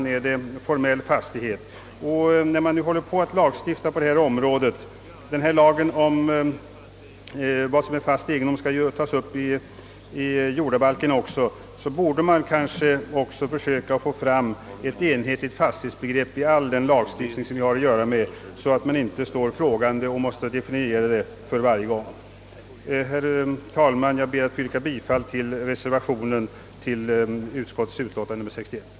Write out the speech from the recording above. Lagrådet syftade just på fastighetsbegreppet, som ibland avser brukningsenhet och ibland formell fastighet. Lagen om vad som är fast egendom m.m. skall ju infogas i jordabalken, och det vore då värdefullt om man även kunde söka få fram ett enhetligt fastighetsbegrepp, så att detta begrepp inte behöver definieras varje gång. Herr talman! Jag ber att få yrka bifall till reservationen av herr Ebbe Ohlsson m.fl.